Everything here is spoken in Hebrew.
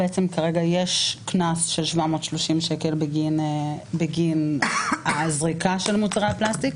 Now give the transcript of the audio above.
כרגע יש קנס של 730 ש"ח בגין הזריקה של מוצרי הפלסטיק,